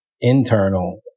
internal